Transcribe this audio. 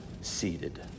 seated